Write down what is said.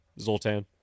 Zoltan